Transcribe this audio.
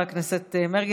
תודה, חבר הכנסת מרגי.